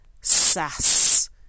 sass